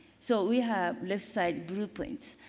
so we have left side blueprints.